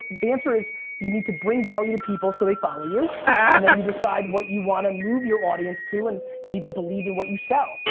the answer is you need to bring value to people so they follow you and then you decide what you wanna move your audience to and you need to believe in what you sell,